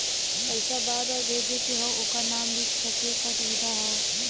पइसा बार बार भेजे के हौ ओकर नाम लिख सके क सुविधा हौ